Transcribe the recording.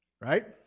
Right